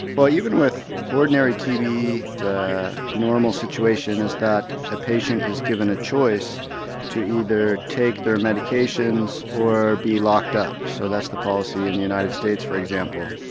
well even with ordinary tb, the normal situation is that a patient is given a choice to either take their medications or be locked up. so that's the policy in the united states for example,